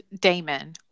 damon